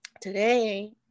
today